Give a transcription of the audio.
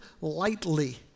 lightly